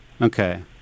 Okay